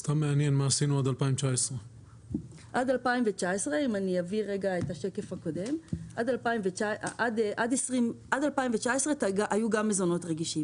סתם מעניין מה עשינו עד 2019. היו מזונות רגישים